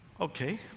Okay